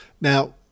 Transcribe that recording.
Now